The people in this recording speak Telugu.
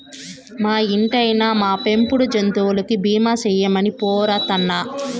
మా ఇంటాయినా, మా పెంపుడు జంతువులకి బీమా సేయమని పోరతన్నా